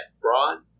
brought